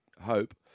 hope